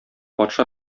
патша